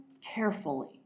carefully